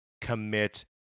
commit